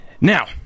Now